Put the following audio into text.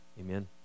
Amen